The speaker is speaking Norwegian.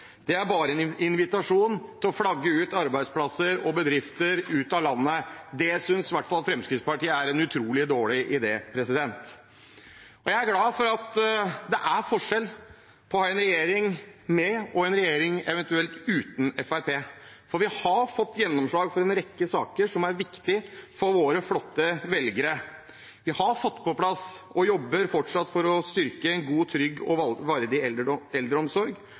Det er bare en invitasjon til å flagge arbeidsplasser og bedrifter ut av landet. Det synes i hvert fall Fremskrittspartiet er en utrolig dårlig idé. Jeg er glad for at det er forskjell på en regjering med og en regjering uten Fremskrittspartiet, for vi har fått gjennomslag for en rekke saker som er viktige for våre flotte velgere. Vi har fått på plass og jobber fortsatt for å styrke en god, trygg og verdig eldreomsorg,